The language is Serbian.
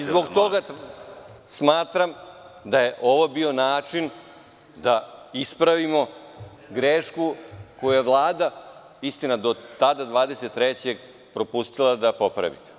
Zbog toga smatram da je ovo bio način da ispravimo grešku koju je Vlada do 23. propustila da popravi.